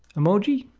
emoji.